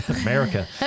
america